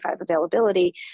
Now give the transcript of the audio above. availability